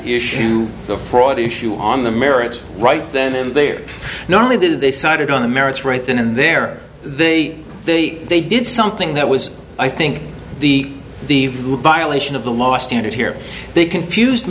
issue the fraud the issue on the merits right then and there not only did they cite it on the merits right then and there they they they did something that was i think the the violation of the law student here they confuse